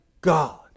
God